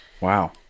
Wow